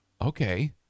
okay